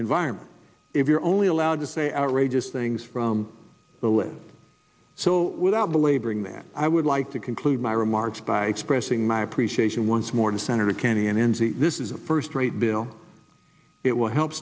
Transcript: environment if you're only allowed to say outrageous things from the list so without belaboring that i would like to conclude my remarks by expressing my appreciation once more to senator kennedy in n z this is a first rate bill it will help